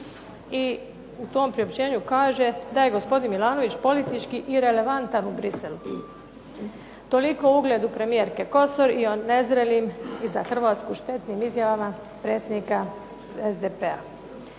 i u tom priopćenju kaže da je gospodin Milanović politički i relevantan u Bruxellesu. Toliko o ugledu premijerke Kosor i o nezrelim i za Hrvatsku štetnim izjavama predsjednika SDP-a.